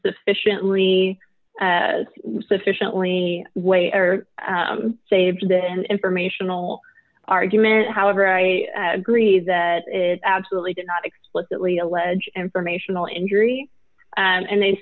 sufficiently sufficiently way or saved that an informational argument however i agree that it absolutely did not explicitly allege informational injury and they